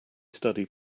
study